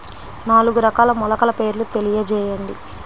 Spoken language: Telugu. నాలుగు రకాల మొలకల పేర్లు తెలియజేయండి?